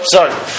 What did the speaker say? Sorry